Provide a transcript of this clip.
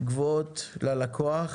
גבוהות ללקוח,